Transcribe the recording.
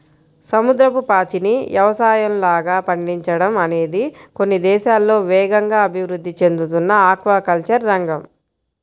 సముద్రపు పాచిని యవసాయంలాగా పండించడం అనేది కొన్ని దేశాల్లో వేగంగా అభివృద్ధి చెందుతున్న ఆక్వాకల్చర్ రంగం